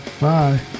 Bye